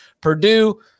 Purdue